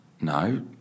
No